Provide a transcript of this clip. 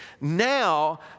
Now